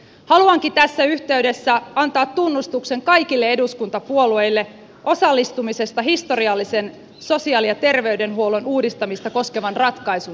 haluankin tässä yhteydessä antaa tunnustuksen kaikille eduskuntapuolueille osallistumisesta historiallisen sosiaali ja terveydenhuollon uudistamista koskevan ratkaisun synnyttämiseen